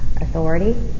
authority